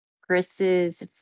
Chris's